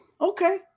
Okay